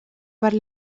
per